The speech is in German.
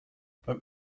beim